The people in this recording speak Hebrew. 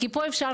כי פה אפשר